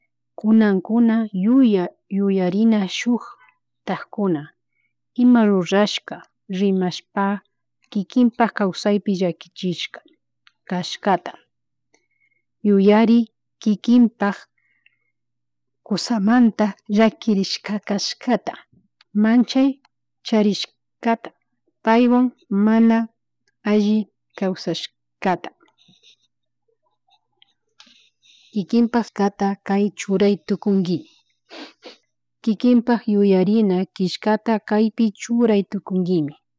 Kukankuna yuya yuyarina shuktak kuna ima rrurashka rimashpa kikinpak kawsaypi llakichishka kashkata, yuyari kikinpak kusamanta llakirishka kashkata manchay charishkata paywan mana alli kawsashkata, kikinpas ka kay churay tukunki kikinpak yuyarina killkata kaypi churay tukunkimi